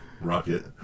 Rocket